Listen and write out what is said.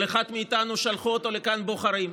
כל אחד מאיתנו, שלחו אותו לכאן בוחרים,